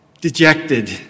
dejected